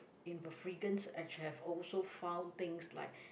in the freegans I have also found things like